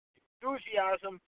enthusiasm